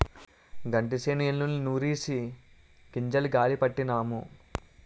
గంటిసేను ఎన్నుల్ని నూరిసి గింజలు గాలీ పట్టినాము